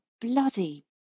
bloody